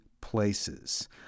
places